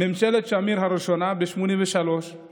ממשלת שמיר הראשונה ב-1983,